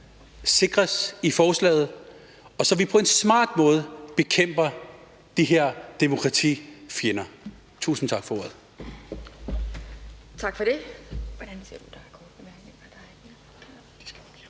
sikres i forslaget, og at vi på en smart måde bekæmper de her demokratifjender. Tusind tak for ordet. Kl.